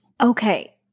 Okay